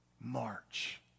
March